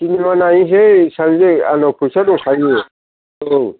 cinema नायसै सानैजों आंनाव फैसा दंखायो औ